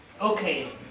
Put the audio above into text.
Okay